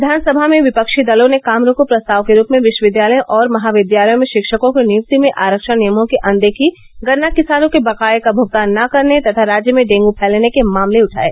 विधानसभा में विपक्षी दलों ने काम रोको प्रस्ताव के रूप में विश्वविद्यालयों और महाविद्यालयों में शिक्षकों की नियुक्ति में आरक्षण नियमों की अनदेखी गन्ना किसानों के बकाये का भूगतान न करने तथा राज्य में डेंगू फैलने के मामले उठाये